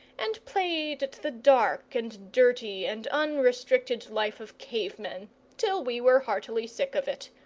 and played at the dark and dirty and unrestricted life of cave-men till we were heartily sick of it.